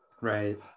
Right